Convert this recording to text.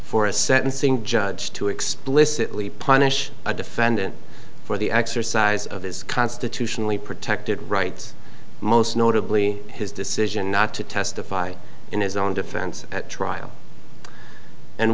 sentencing judge to explicitly punish a defendant for the exercise of his constitutionally protected rights most notably his decision not to testify in his own defense at trial and